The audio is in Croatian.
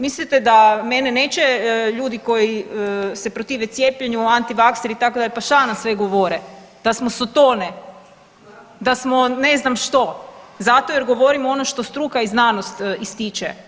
Mislite da mene neće ljudi koji se protive cijepljenju, antivakseri itd., pa šta nam sve govore, da smo sotone, da smo ne znam što zato jer govorimo ono što struka i znanost ističe.